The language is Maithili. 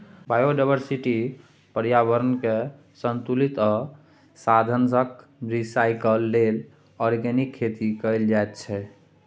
बायोडायवर्सिटी, प्रर्याबरणकेँ संतुलित आ साधंशक रिसाइकल लेल आर्गेनिक खेती कएल जाइत छै